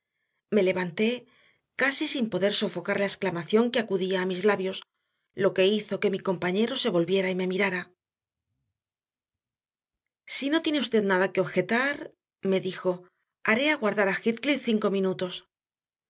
me levanté casi sin poder sofocar la exclamación que acudía a mis labios lo que hizo que mi compañero se volviera y me mirara si no tiene usted nada que objetar me dijo haré aguardar a heathcliff cinco minutos